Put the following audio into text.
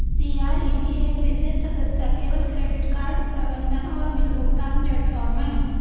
CRED एक विशेष सदस्य केवल क्रेडिट कार्ड प्रबंधन और बिल भुगतान प्लेटफ़ॉर्म है